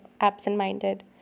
absent-minded